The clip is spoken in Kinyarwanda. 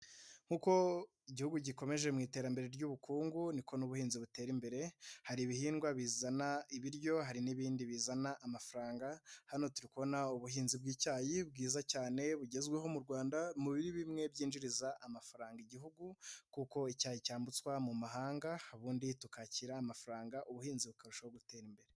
Nk'uko igihugu gikomeje mu iterambere ry'ubukungu niko n'ubuhinzi butera imbere, hari ibihingwa bizana ibiryo hari n'ibindi bizana amafaranga, hano turi kubona ubuhinzi bw'icyayi bwiza cyane bugezweho mu Rwanda mu bimwe byinjiriza amafaranga igihugu, kuko icyayi cyambutswa mu mahanga ubundi tukakira amafaranga ubuhinzi bukarushaho gutera imbere.